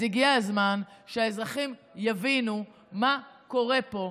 אז הגיע הזמן שהאזרחים יבינו מה קורה פה,